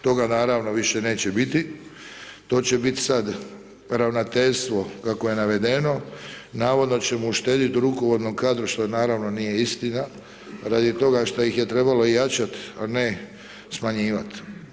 Toga naravno više neće biti, to će biti sad Ravnateljstvo kako je navedeno, navodno ćemo uštediti u rukovodnom kadru što naravno nije istina, radi toga šta ih je trebalo jačati a ne smanjivati.